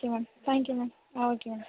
okay ma'am thank you ma'am ah okay ma'am